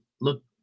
look